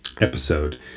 episode